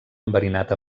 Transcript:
enverinat